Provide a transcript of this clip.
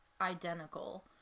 identical